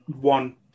one